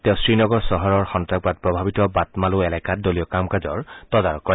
তেওঁ শ্ৰীনগৰ চহৰৰ সন্ত্ৰাসবাদ প্ৰভাৱিত বাটমালু এলেকাত দলীয় কামকাজৰ তদাৰক কৰে